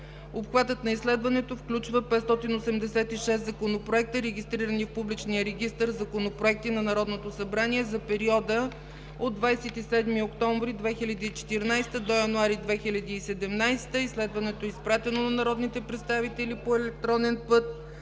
Обхватът на изследваното включва 586 законопроекта, регистрирани в Публичния регистър – законопроекти на Народното събрание за периода от 27 октомври 2014 г. до месец януари 2017 г. Изследването е изпратено на народните представители по електронен път,